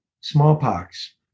smallpox